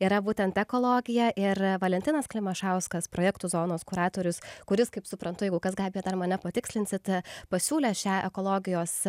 yra būtent ekologija ir valentinas klimašauskas projektu zonos kuratorius kuris kaip suprantu jeigu kas gabija ar mane patikslinsite pasiūlė šią ekologijos